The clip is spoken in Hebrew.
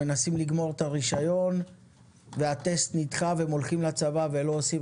מנסים לגמור את הרישיון והטסט נדחה והם הולכים לצבא ולא עושים